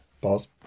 Pause